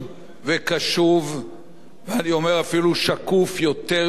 ואני אומר אפילו שקוף יותר מבעבר בתוך חדרי הדיונים.